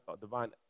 divine